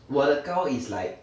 我的高 is like